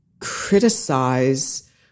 criticize